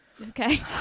Okay